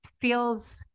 feels